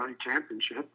championship